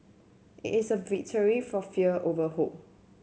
it is a victory for fear over hope